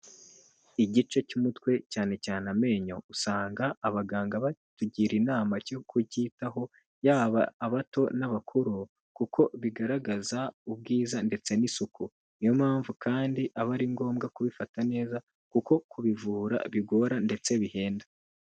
Igice cy'umutwe cyane cyane amenyo, usanga abaganga batugira inama yo kucyitaho yaba abato n'abakuru, kuko bigaragaza ubwiza ndetse n'isuku. niyo mpamvu kandi aba ari ngombwa kubifata neza ,kuko kubivura bigora ndetse bihenda.